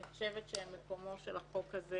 שאני חושבת שמקומו של החוק הזה